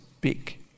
big